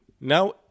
now